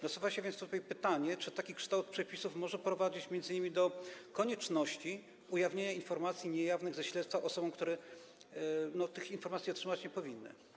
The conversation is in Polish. Nasuwa się więc tutaj pytanie, czy taki kształt przepisów może prowadzić m.in. do konieczności ujawniania informacji niejawnych ze śledztwa osobom, które tych informacji otrzymać nie powinny.